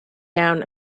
down